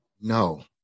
No